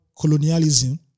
colonialism